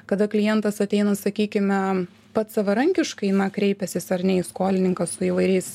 kada klientas ateina sakykime pats savarankiškai kreipęsis ar ne į skolininką su įvairiais